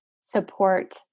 support